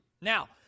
Now